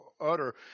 utter